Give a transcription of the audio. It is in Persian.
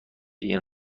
این